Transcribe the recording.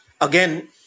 again